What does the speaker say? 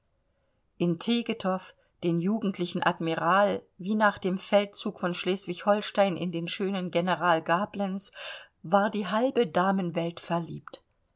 in tegethoff den jugendlichen admiral wie nach dem feldzug von schleswig holstein in den schönen general gablenz war die halbe damenwelt verliebt